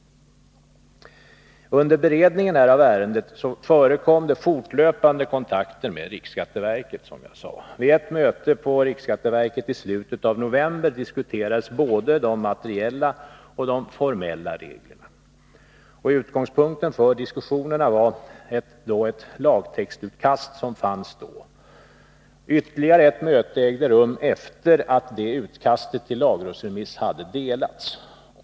Under beredningen av ärendet förekom det som sagt fortlöpande kontakter med riksskatteverket. Vid ett möte på riksskatteverket i slutet av november diskuterades både de materiella och de formella reglerna. Utgångspunkten för diskussionerna var ett lagtextutkast som fanns då. Ytterligare ett möte ägde rum efter det att det utkastet till lagrådsremiss hade utdelats.